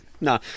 No